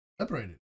Separated